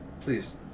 Please